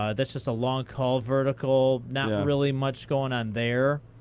ah that's just a long call vertical, not really much going on there.